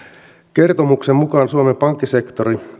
kertomuksen mukaan suomen pankkisektori